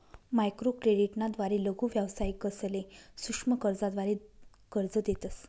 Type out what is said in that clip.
microcredit ना द्वारे लघु व्यावसायिकसले सूक्ष्म कर्जाद्वारे कर्ज देतस